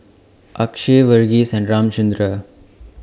Akshay Verghese and Ramchundra